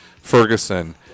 Ferguson